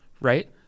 right